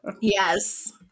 Yes